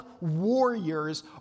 warriors